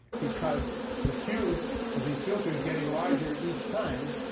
because the q of these filters getting larger each time